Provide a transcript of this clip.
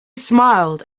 smiled